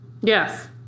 Yes